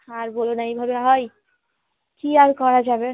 আর বলো না এইভাবে হয় কী আর করা যাবে